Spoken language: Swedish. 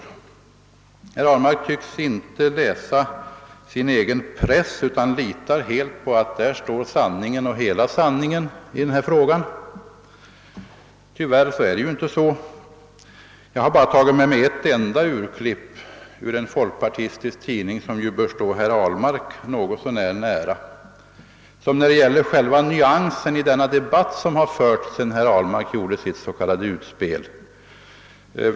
Herr Ahlmark tycks inte läsa sin egen press utan litar tydligen på att där står sanningen och hela sanningen i denna fråga. Tyvärr är det inte så. Jag har tagit med mig ett enda urklipp ur en folkpartistisk tidning som ju bör stå herr Ahlmark något så när nära, ett urklipp som ger en mer nyanserad bild av problemet än andra inlägg i den debatt som förts sedan herr Ahlmark gjorde sitt s.k. utspel.